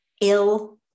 ill